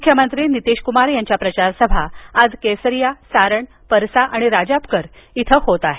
मुख्यमंत्री नितीशकूमार यांच्या प्रचारसभा आज केसरिया सारण परसा आणि राजापकर इथं होत आहेत